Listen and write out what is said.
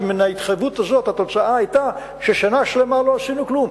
כי התוצאה של ההתחייבות הזאת היתה ששנה שלמה לא עשינו כלום.